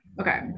Okay